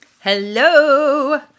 Hello